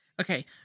Okay